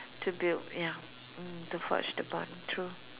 to build ya mm to forge the bond true